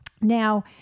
Now